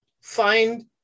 find